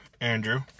Andrew